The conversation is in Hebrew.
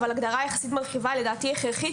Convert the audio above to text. אבל ההגדרה היחסית מרחיבה היא הכרחית לדעתי